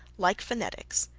like phonetics,